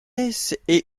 est